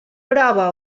prova